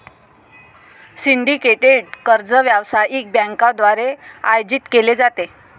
syndicated कर्ज व्यावसायिक बँकांद्वारे आयोजित केले जाते